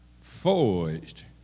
Forged